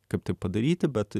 kaip tai padaryti bet